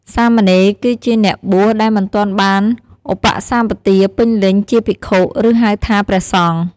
សាមណេរ គឺជាអ្នកបួសដែលមិនទាន់បានឧបសម្បទាពេញលេញជាភិក្ខុ ឬហៅថា ព្រះសង្ឃ។